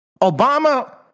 Obama